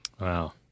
Wow